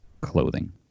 clothing